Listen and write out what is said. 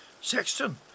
Sexton